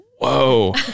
Whoa